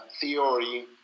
theory